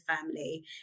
family